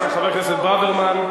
חבר הכנסת ברוורמן.